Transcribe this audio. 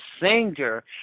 singer